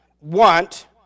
want